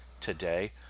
today